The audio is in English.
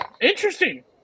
Interesting